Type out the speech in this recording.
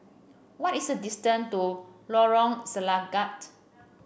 what is the distance to Lorong Selangat